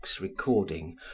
recording